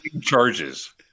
Charges